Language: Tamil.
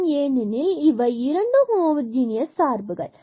ஏனெனில் இவை இரண்டும் ஹோமோஜுனியஸ் சார்புகள் ஆகும்